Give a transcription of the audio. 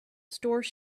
store